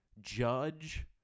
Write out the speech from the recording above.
judge